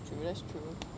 that's true that's true